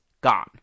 gone